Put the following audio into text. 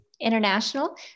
International